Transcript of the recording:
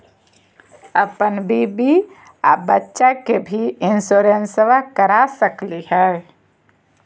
अपन बीबी आ बच्चा के भी इंसोरेंसबा करा सकली हय?